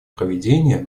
проведения